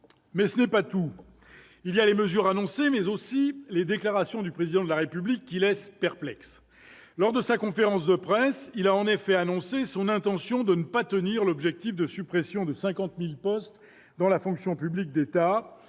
Mais ce n'est pas tout : il y a à la fois les mesures annoncées et les déclarations du Président de la République, qui laissent perplexe. Lors de sa conférence de presse, il a en effet annoncé son intention de ne pas tenir l'objectif de suppression de 50 000 postes dans la fonction publique d'État.